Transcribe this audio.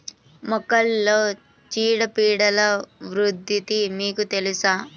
మొక్కలలో చీడపీడల ఉధృతి మీకు తెలుసా?